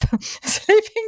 sleeping